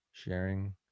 Sharing